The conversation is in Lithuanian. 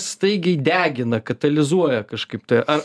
staigiai degina katalizuoja kažkaip tai ar